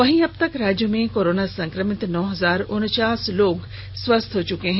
वहीं अब तक राज्य में कोरोना संक्रमित नौ हजार उनचास लोग स्वस्थ हो चुके हैं